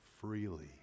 freely